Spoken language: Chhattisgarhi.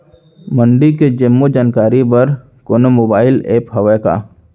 मंडी के जम्मो जानकारी बर कोनो मोबाइल ऐप्प हवय का?